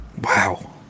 Wow